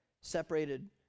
Separated